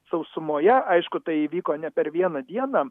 sausumoje aišku tai įvyko ne per vieną dieną